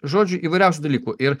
žodžiu įvairiausių dalykų ir